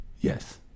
yes